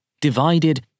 divided